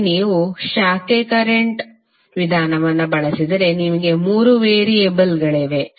ಇಲ್ಲಿ ನೀವು ಶಾಖೆ ಕರೆಂಟ್ ವಿಧಾನವನ್ನು ಬಳಸಿದರೆ ನಿಮಗೆ 3 ವೇರಿಯೇಬಲ್ಗಳಿವೆ